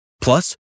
Plus